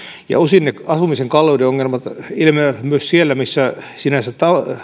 osin ne asumisen kalleuden ongelmat ilmenevät myös siellä missä sinänsä